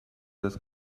das